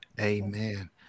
amen